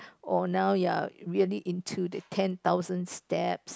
or now you're really into the ten thousand steps